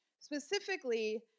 Specifically